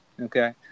Okay